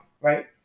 right